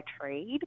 trade